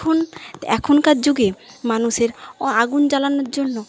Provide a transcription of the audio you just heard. এখন এখনকার যুগে মানুষের ও আগুন জ্বালানোর জন্য